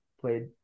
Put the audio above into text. played